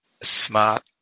smart